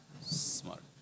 Smart